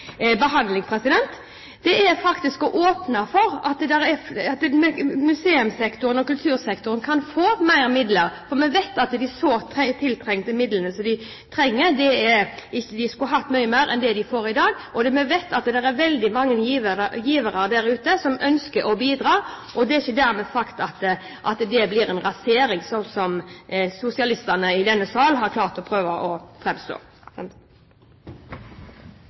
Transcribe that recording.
for at museumssektoren og kultursektoren kan få mer midler, for vi vet at det er sårt tiltrengte midler. De skulle hatt mye mer enn de får i dag, og vi vet at det er veldig mange givere der ute som ønsker å bidra. Og det er ikke dermed sagt at det blir en rasering, slik som sosialistene i denne salen har klart å få det til å